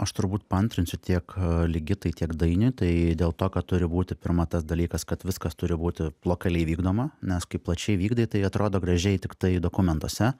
aš turbūt paantrinsiu tiek ligitai tiek dainiui tai dėl to kad turi būti pirma tas dalykas kad viskas turi būti lokaliai vykdoma nes kai plačiai vykdai tai atrodo gražiai tiktai dokumentuose